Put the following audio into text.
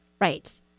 Right